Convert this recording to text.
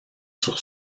sur